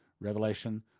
Revelation